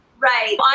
Right